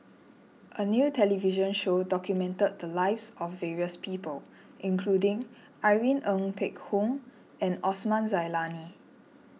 a new television show documented the lives of various people including Irene Ng Phek Hoong and Osman Zailani